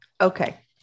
Okay